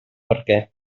perquè